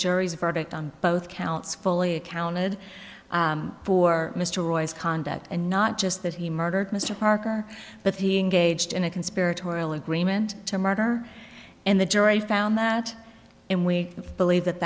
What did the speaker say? jury's verdict on both counts fully accounted for mr roy's conduct and not just that he murdered mr parker but he engaged in a conspiratorial agreement to murder and the jury found that and we believe that